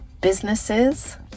Businesses